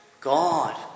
God